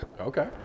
okay